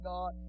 God